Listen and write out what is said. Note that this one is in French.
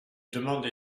demandes